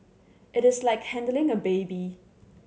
it is like handling a baby